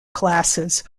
classes